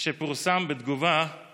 שפורסם בתגובה על